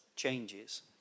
changes